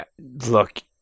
look